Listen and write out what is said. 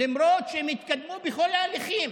למרות שהם התקדמו בכל ההליכים.